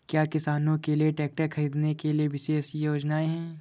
क्या किसानों के लिए ट्रैक्टर खरीदने के लिए विशेष योजनाएं हैं?